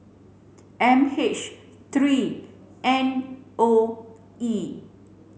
M H three N O E